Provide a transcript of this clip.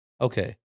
okay